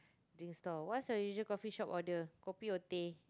drink stall what's your usual coffeeshop order kopi or teh